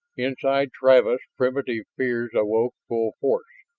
inside travis primitive fears awoke full force,